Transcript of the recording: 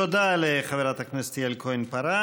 תודה לחברת הכנסת יעל כהן-פארן.